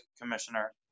commissioner